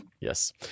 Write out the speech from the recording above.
Yes